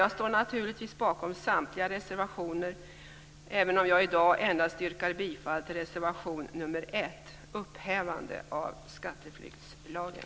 Jag står naturligtvis bakom samtliga reservationer även om jag i dag yrkar bifall endast till reservation 1 om upphävande av skatteflyktslagen.